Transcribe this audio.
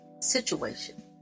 situation